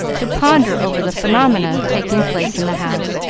to ponder over the phenomena taking place in the house.